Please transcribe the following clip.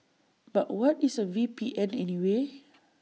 but what is A V P N anyway